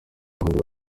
abahanzi